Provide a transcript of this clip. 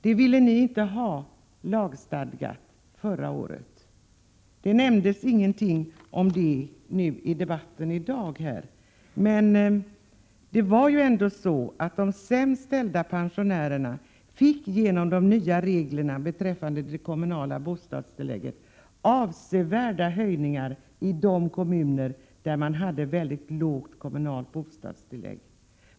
Det nämndes heller ingenting om det i debatten i dag. Men de sämst ställda pensionärerna fick genom de nya reglerna beträffande det kommunala bostadstillägget avsevärda höjningar i de kommuner där det var ett mycket lågt kommunalt bostadstillägg.